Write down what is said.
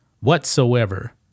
whatsoever